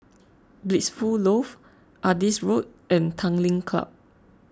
Blissful Loft Adis Road and Tanglin Club